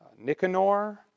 Nicanor